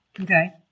Okay